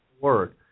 word